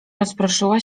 rozproszyła